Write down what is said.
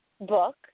book